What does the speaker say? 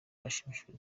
bashimishijwe